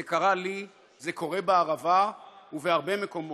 זה קרה לי, זה קורה בערבה ובהרבה מקומות.